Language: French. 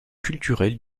culturels